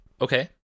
Okay